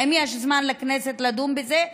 האם יש זמן לכנסת לדון בזה?